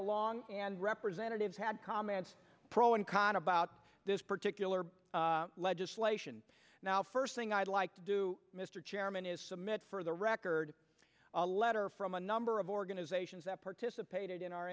along and representatives had comments pro and con about this particular legislation now first thing i'd like to do mr chairman is submit for the record a letter from a number of organizations that participated in our